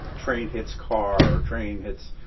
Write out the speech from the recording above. train hits car or train hits,